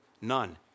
none